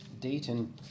Dayton